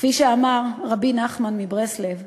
כפי שאמר רבי נחמן מברסלב: